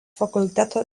fakulteto